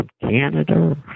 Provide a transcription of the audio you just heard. Canada